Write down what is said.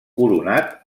coronat